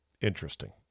Interesting